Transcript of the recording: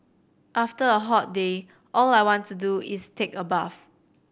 after a hot day all I want to do is take a bath